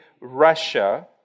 Russia